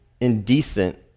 indecent